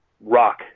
rock